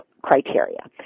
criteria